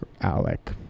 alec